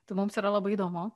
tai mums yra labai įdomu